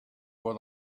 what